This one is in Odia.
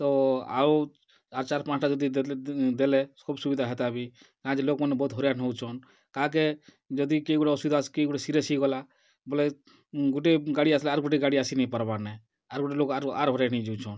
ତ ଆଉ ଆର୍ ଚାଏର୍ ପାଞ୍ଚଟା ଯଦି ଦେଲେ ଖୁବ୍ ସୁବିଧା ହେତା ବି କାଏଁ'ଯେ ଲୋକ୍ମାନେ ବହୁତ୍ ହଇରାନ୍ ହେଉଛନ୍ କାହାକେ ଯଦି କିଏ ଗୁଟେ ଅସୁବିଧା କି କିଏ ଗୁଟେ ସିରିଏସ୍ ହେଇଗଲା ବେଲେ ଗୁଟେ ଗାଡ଼ି ଆସ୍ଲେ ଆର୍ ଗୁଟେ ଗାଡ଼ି ଆସି ନାଇ ପାରବାର୍ ନେ ଆର୍ ଗୁଟେ ଲୋକ୍ ଆରୁ ଆର୍ ହଏରାନ୍ ହେଇ ଯାଉଛନ୍